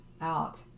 out